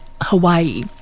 Hawaii